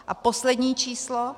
A poslední číslo.